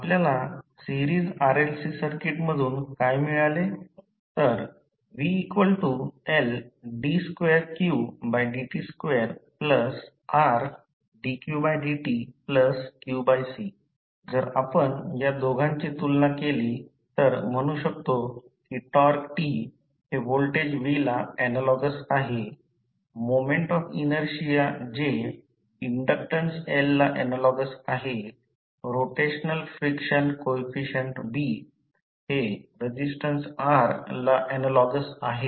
आपल्याला series RLC circuit मधून काय मिळाले तर VLd2qdt2RdqdtqC जर आपण या दोघांची तुलना केली तर म्हणू शकतो की टॉर्क T हे व्होल्टेज V ला ऍनालॉगस आहे moment of inertia J inductance L ला ऍनालॉगस आहे रोटेशनल फ्रिक्शन कॉइफिसिएंट B हे रेसिस्टन्स R ला ऍनालॉगस आहे